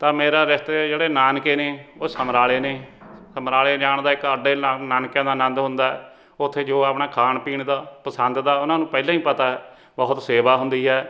ਤਾਂ ਮੇਰਾ ਰਿਸ਼ਤੇ ਜਿਹੜੇ ਨਾਨਕੇ ਨੇ ਉਹ ਸਮਰਾਲੇ ਨੇ ਸਮਰਾਲੇ ਜਾਣ ਦਾ ਇੱਕ ਅੱਡੇ ਨਾ ਨਾਨਕਿਆਂ ਦਾ ਆਨੰਦ ਹੁੰਦਾ ਉੱਥੇ ਜੋ ਆਪਣਾ ਖਾਣ ਪੀਣ ਦਾ ਪਸੰਦ ਦਾ ਉਹਨਾਂ ਨੂੰ ਪਹਿਲਾਂ ਹੀ ਪਤਾ ਬਹੁਤ ਸੇਵਾ ਹੁੰਦੀ ਹੈ